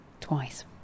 Twice